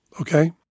okay